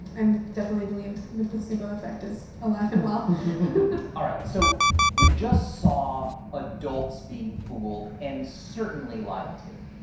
i'm definitely believe the placebo effect is alive and well. all right, so we just saw adults being fooled and certainly lied to.